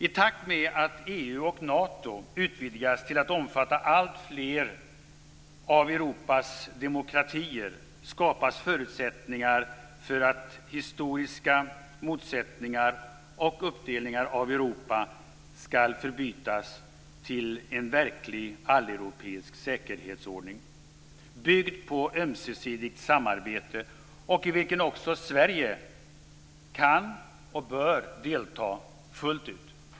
I takt med att EU och Nato utvidgas till att omfatta alltfler av Europas demokratier skapas förutsättningar för att historiska motsättningar och uppdelningar av Europa skall förbytas i en verklig alleuropeisk säkerhetsordning byggd på ömsesidigt samarbete. I den kan och bör också Sverige delta fullt ut.